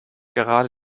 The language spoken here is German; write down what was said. gerade